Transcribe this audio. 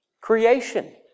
Creation